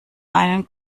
einen